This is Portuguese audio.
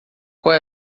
qual